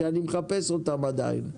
שאני מחפש אותם עדיין,